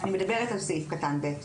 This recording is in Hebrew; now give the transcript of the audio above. אני מדברת על סעיף קטן (ב).